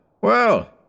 Well